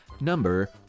number